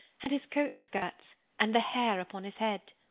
and his coat-skirts, and the hair upon his head.